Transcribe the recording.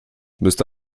müsste